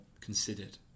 considered